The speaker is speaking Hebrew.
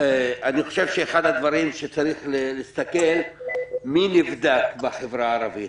אחד הדברים שצריך להסתכל זה על מי נבדק בחברה הערבית.